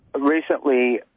recently